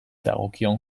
dagokion